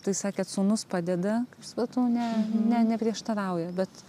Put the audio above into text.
tai sakėt sūnus padeda kaip supratau ne ne neprieštarauja bet